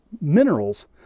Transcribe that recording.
minerals